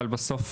אבל בסוף,